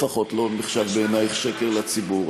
אני מקווה שזה לפחות לא נחשב בעינייך שקר לציבור.